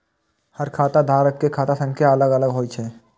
हर खाता धारक के खाता संख्या अलग अलग होइ छै